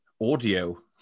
audio